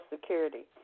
security